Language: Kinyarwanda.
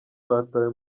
batawe